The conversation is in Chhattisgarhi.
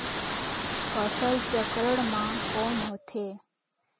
फसल चक्रण मा कौन होथे?